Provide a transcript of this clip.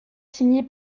signé